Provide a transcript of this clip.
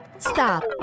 stop